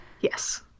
Yes